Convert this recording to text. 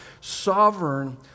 sovereign